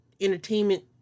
entertainment